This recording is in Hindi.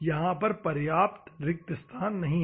यहां पर पर्याप्त रिक्त जगह नहीं है